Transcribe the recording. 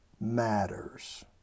matters